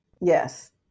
Yes